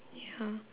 ya